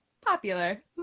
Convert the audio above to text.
popular